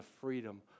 freedom